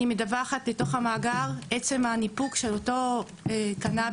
אני מדווחת לתוך המאגר עצם הניפוק של אותו קנביס.